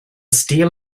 steel